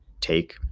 take